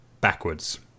backwards